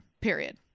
period